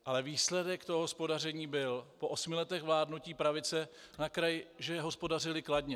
Ale výsledek hospodaření po osmi letech vládnutí pravice na kraji byl, že hospodařily kladně.